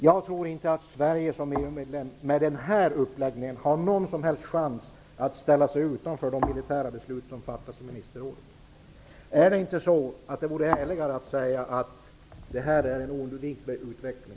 Jag tror inte att Sverige som EU-medlem med denna uppläggning har någon som helst chans att ställa sig utanför de militära beslut som fattas i ministerrådet. Vore det inte ärligare att säga inför det svenska folket att detta är en oundviklig utveckling?